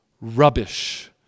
rubbish